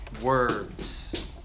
words